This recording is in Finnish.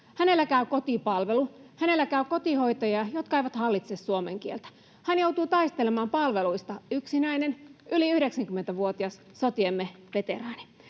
Hänellä käy kotipalvelu, hänellä käy kotihoitajia, jotka eivät hallitse suomen kieltä. Hän joutuu taistelemaan palveluista, yksinäinen yli 90‑vuotias sotiemme veteraani.